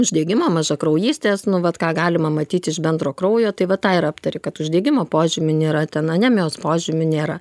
uždegimo mažakraujystės nu vat ką galima matyt iš bendro kraujo tai va tą ir aptari kad uždegimo požymių nėra ten anemijos požymių nėra